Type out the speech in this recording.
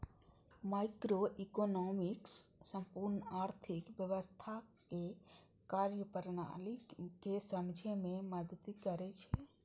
microeconomics संपूर्ण आर्थिक व्यवस्थाक कार्यप्रणाली कें समझै मे मदति करै छै